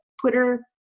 Twitter